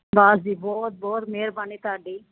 ਬਸ ਜੀ ਬਹੁਤ ਬਹੁਤ ਮਿਹਰਬਾਨੀ ਤੁਹਾਡੀ